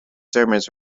sermons